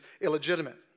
illegitimate